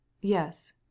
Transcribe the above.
Yes